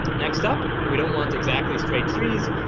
next up, we don't want exactly stray trees,